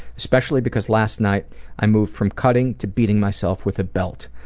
especially because last night i moved from cutting to beating myself with a belt.